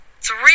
three